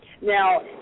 Now